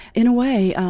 in a way,